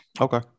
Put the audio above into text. okay